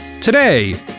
Today